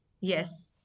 Yes